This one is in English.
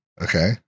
okay